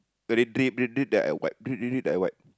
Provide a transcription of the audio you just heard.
drip drip drip then I wipe drip drip drip then I wipe